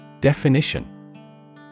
Definition